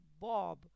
bob